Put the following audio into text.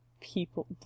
people